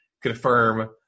confirm